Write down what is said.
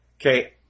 okay